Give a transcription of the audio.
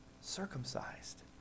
circumcised